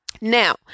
Now